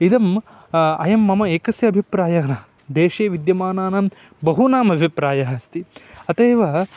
इदम् अयं मम एकस्य अभिप्रायः न देशे विद्यमानानां बहूनाम् अभिप्रायः अस्ति अतः एव